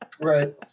Right